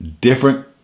different